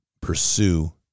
pursue